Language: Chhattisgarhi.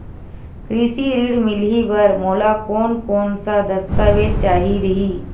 कृषि ऋण मिलही बर मोला कोन कोन स दस्तावेज चाही रही?